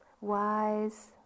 wise